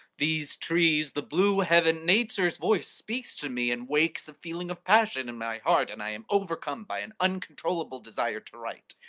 these trees, the blue heaven nature's voice speaks to me and wakes a feeling of passion in my heart, and i am overcome by an uncontrollable desire to write.